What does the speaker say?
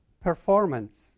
performance